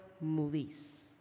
movies